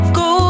go